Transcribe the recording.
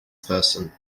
person